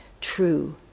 true